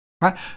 Right